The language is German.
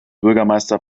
bürgermeister